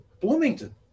Bloomington